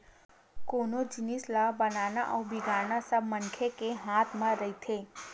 कोनो जिनिस ल बनाना अउ बिगाड़ना सब मनखे के हाथ म रहिथे